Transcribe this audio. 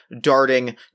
darting